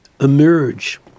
Emerge